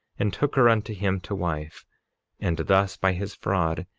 and took her unto him to wife and thus by his fraud,